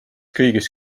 kõigist